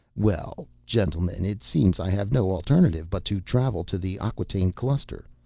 well, gentlemen, it seems i have no alternative but to travel to the acquataine cluster.